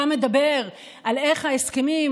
אתה מדבר על איך ההסכמים,